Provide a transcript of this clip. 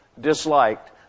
disliked